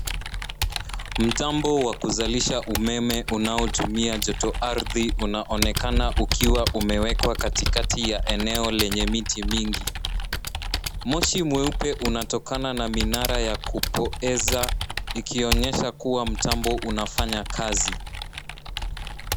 Mtambo wa kuzalisha umeme unaotumia jotoardhi unaonekana ukiwa umewekwa katikati ya eneo lenye miti mingi. Moshi mweupe unatokana na minara ya kupoeza ikionyesha kuwa mtambo unafanya kazi.